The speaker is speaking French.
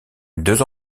deux